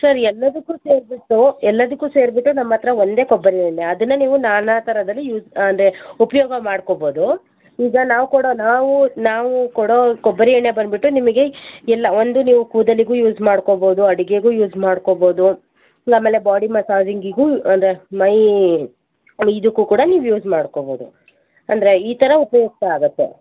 sir ಎಲ್ಲದಕ್ಕೂ ಸೇರಿಬಿಟ್ಟು ಎಲ್ಲದಕ್ಕೂ ಸೇರಿಬಿಟ್ಟು ನಮ್ಮ ಹತ್ರ ಒಂದೇ ಕೊಬ್ಬರಿ ಎಣ್ಣೆ ಅದನ್ನ ನೀವು ನಾನಾ ಥರದಲ್ಲಿ ಯೂಸ್ ಅಂದರೆ ಉಪಯೋಗ ಮಾಡ್ಕೊಬೋದು ಈಗ ನಾವ್ಕೊಡೋ ನಾವು ನಾವು ಕೊಡೋ ಕೊಬ್ಬರಿ ಎಣ್ಣೆ ಬಂದ್ಬಿಟ್ಟು ನಿಮಗೆ ಎಲ್ಲಾ ಒಂದು ನೀವು ಕೂದಲಿಗೂ ಯೂಸ್ ಮಾಡ್ಕೊಬೋದು ಅಡುಗೆಗೂ ಯೂಸ್ ಮಾಡ್ಕೊಬೋದು ಆಮೇಲೆ ಬಾಡಿ ಮಾಸಜಿಂಗಿಗೂ ಅಂದರೆ ಮೈ ಇದಕ್ಕೂ ಕೂಡ ನೀವು ಯೂಸ್ ಮಾಡ್ಕೊಬೋದು ಅಂದರೆ ಈ ಥರ ಉಪಯುಕ್ತ ಆಗತ್ತೆ